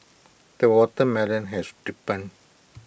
the watermelon has ripened